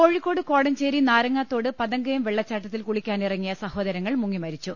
കോഴിക്കോട് കോടഞ്ചേരി നാരങ്ങാത്തോട് പതങ്കയം വെള്ളച്ചാട്ടത്തിൽ കുളിക്കാനിറങ്ങിയ സഹോദരങ്ങൾ മുങ്ങി മരിച്ചു